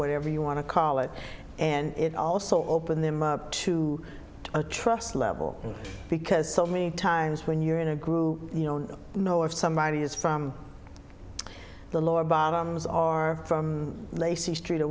whatever you want to call it and it also opened them up to a trust level because so many times when you're in a group you don't know if somebody is from the lower bottoms are from lacy